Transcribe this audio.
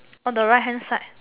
on the right hand side